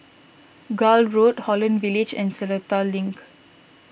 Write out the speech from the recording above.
Gul Road Holland Village and Seletar Link